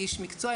איש מקצוע,